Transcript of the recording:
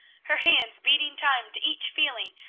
her hands beating time to each feeling,